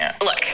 Look